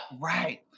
Right